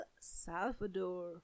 Salvador